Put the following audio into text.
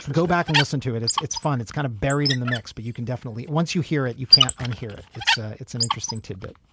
go back and listen to it. it's it's fun it's kind of buried in the mix but you can definitely once you hear it you can't even hear it. it's ah it's an interesting tidbit.